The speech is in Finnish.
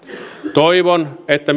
toivon että